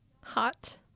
Hot